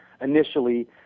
Initially